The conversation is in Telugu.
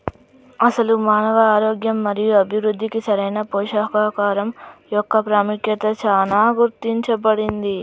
అసలు మానవ ఆరోగ్యం మరియు అభివృద్ధికి సరైన పోషకాహరం మొక్క పాముఖ్యత చానా గుర్తించబడింది